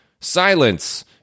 silence